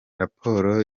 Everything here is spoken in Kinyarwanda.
raporo